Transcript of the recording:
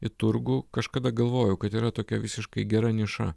į turgų kažkada galvojau kad yra tokia visiškai gera niša